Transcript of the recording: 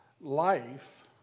life